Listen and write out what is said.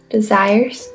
Desires